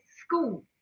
school